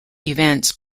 events